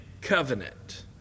covenant